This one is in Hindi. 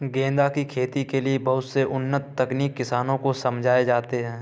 गेंदा की खेती के लिए बहुत से उन्नत तकनीक किसानों को समझाए जाते हैं